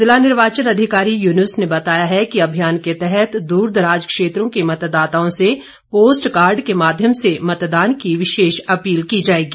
जिला निर्वाचन अधिकारी यूनुस ने बताया है कि अभियान के तहत दूरदराज क्षेत्रों के मतदाताओं से पोस्ट कार्ड के माध्यम से मतदान की विशेष अपील की जाएगी